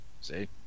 See